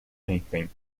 einstein